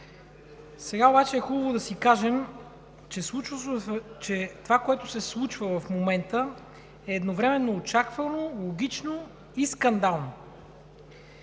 Сега обаче е хубаво да си кажем, че това, което се случва в момента, е едновременно очаквано, логично и скандално,